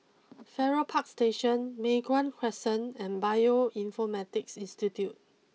Farrer Park Station Mei Hwan Crescent and Bioinformatics Institute